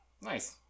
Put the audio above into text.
Nice